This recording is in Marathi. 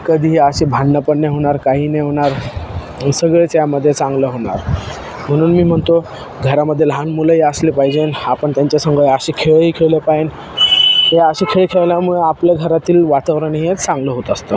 कधीही अशी भांडणं पण नाही होणार काही नाही होणार सगळेच यामध्ये चांगलं होणार म्हणून मी म्हणतो घरामध्ये लहान मुलंही असले पाहिजे आपण त्यांच्यासंग असे खेळही खेळले पाहिजे या असे खेळ खेळल्यामुळे आपल्या घरातील वातावरणही चांगलं होत असतं